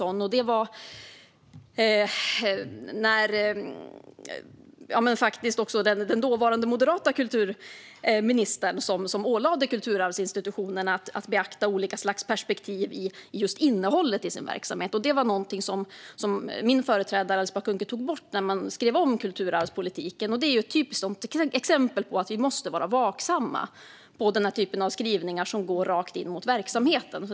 Den tidigare moderata kulturministern ålade kulturarvsinstitutionerna att beakta olika slags perspektiv i innehållet i sin verksamhet. Det var någonting som min företrädare Alice Bah Kuhnke tog bort när man skrev om kulturarvspolitiken. Detta är ett typiskt exempel på att vi måste vara vaksamma på den typ av skrivningar som går rakt in mot verksamheten.